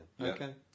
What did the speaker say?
Okay